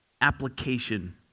application